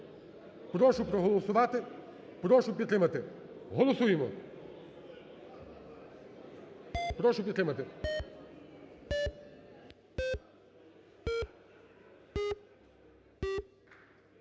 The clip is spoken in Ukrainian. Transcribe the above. Прошу проголосувати, прошу підтримати. Голосуємо. Прошу підтримати.